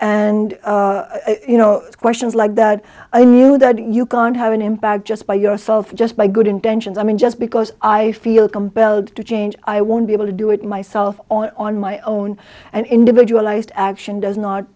and you know questions like that i knew that you can have an impact just by yourself just by good intentions i mean just because i feel compelled to change i won't be able to do it myself on my own and individualized action does not